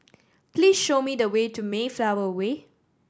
please show me the way to Mayflower Way